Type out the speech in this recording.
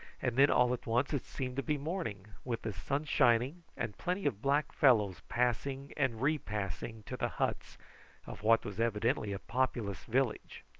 and then all at once it seemed to be morning, with the sun shining, and plenty of black fellows passing and repassing to the huts of what was evidently a populous village.